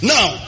Now